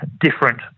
different